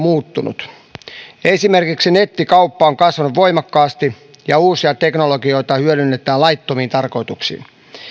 muuttunut esimerkiksi nettikauppa on kasvanut voimakkaasti ja uusia teknologioita hyödynnetään laittomiin tarkoituksiin